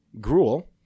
Gruel